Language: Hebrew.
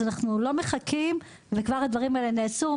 אז אנחנו לא מחכים וכבר הדברים האלו נעשו,